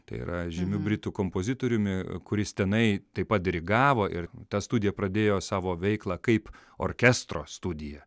tai yra žymiu britų kompozitoriumi kuris tenai taip pat dirigavo ir ta studija pradėjo savo veiklą kaip orkestro studija